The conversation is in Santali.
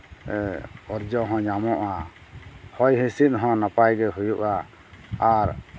ᱚᱨᱡᱚ ᱦᱚᱸ ᱧᱟᱢᱚᱜᱼᱟ ᱦᱚᱭ ᱦᱤᱸᱥᱤᱫ ᱦᱚᱸ ᱱᱟᱯᱟᱭᱜᱮ ᱦᱩᱭᱩᱜᱼᱟ ᱟᱨ